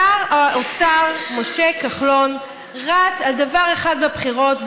שר האוצר משה כחלון רץ על דבר אחד בבחירות,